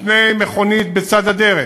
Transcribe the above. מפני מכונית בצד הדרך,